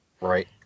Right